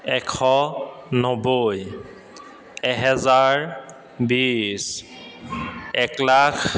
এশ নব্বৈ এহেজাৰ বিছ এক লাখ